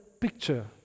picture